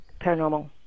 paranormal